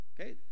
okay